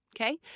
Okay